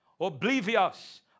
oblivious